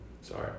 Sorry